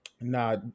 Nah